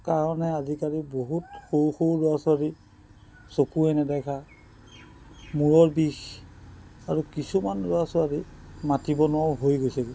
কাৰণে আজিকালি বহুত সৰু সৰু ল'ৰা ছোৱালী চকুৱে নেদেখা মূৰৰ বিষ আৰু কিছুমান ল'ৰা ছোৱালী মাতিব নোৱাৰাও হৈ গৈছেগৈ